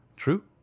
True